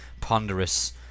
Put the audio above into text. ponderous